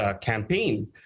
campaign